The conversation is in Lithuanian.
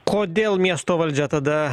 kodėl miesto valdžia tada